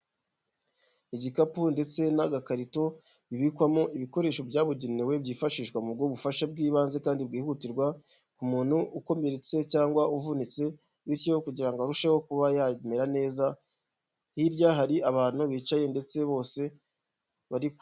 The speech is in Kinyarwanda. Igikapu ndetse n'agakarito bibikwamo ibikoresho byabugenewe byifashishwa mu guha ubufasha bw'ibanze kandi bwihutirwa ku muntu ukomeretse cyangwa uvunitse, bityo kugira ngo arusheho kuba yamera neza, hirya hari abantu bicaye ndetse bose bariku......